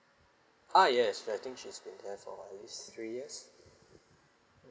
ah yes I think she's been there for at least three years